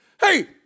Hey